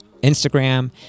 Instagram